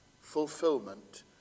fulfillment